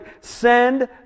Send